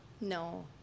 No